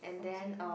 okay